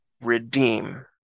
redeem